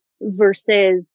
versus